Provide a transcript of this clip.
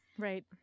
Right